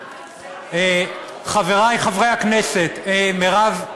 חברי חברי הכנסת, מרב,